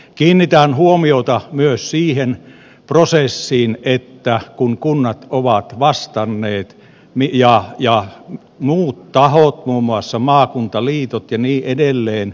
kiinnitän huomiota myös siihen prosessiin että kun kunnat ja muut tahot muun muassa maakuntaliitot ja niin edelleen